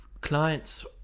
clients